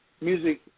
Music